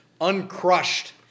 uncrushed